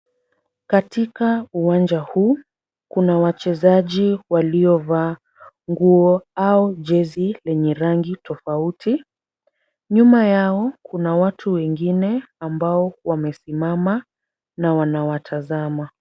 Katika uwanja huu kuna wachezaji waliovaa nguo au jezi lenye rangi tofauti, nyuma yao kuna watu wengine ambao wamesimama na wanawatazama.